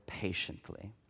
Patiently